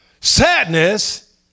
sadness